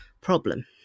problem